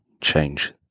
change